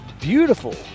beautiful